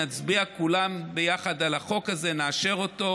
נצביע כולם ביחד על החוק הזה ונאשר אותו,